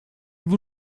vous